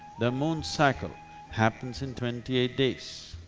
the moon's cycle happens in twenty eight days.